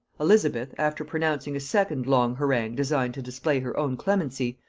elizabeth, after pronouncing a second long harangue designed to display her own clemency,